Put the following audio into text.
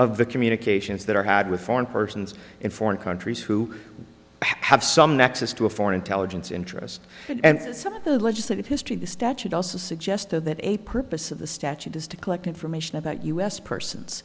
of the communications that are had with foreign persons in foreign countries who have some nexus to a foreign intelligence interest and some of the legislative history the statute also suggested that a purpose of the statute is to collect information about u s persons